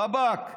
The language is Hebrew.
רבאק,